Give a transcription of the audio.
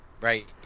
Right